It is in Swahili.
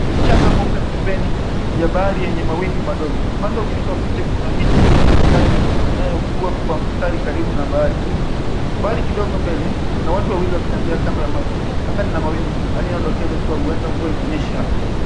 Kwenye mchanga mweuoe pemveni, jambari yenye mawimbi madgo, upande wa kushoto wa picha kuna miti mingi ya minazi inayokua kwa mstari karibu na bahari, mbali kidogo mbele kuna watu wanaotembea kando ya maji, anga lina mawingu yanayodokeza huenda mvua imenyesha.